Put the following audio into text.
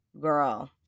Girl